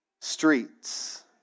streets